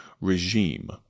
regime